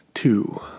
Two